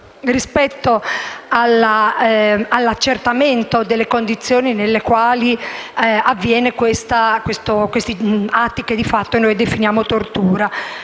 rispetto all'accertamento delle condizioni nelle quali avvengono questi atti che definiamo tortura.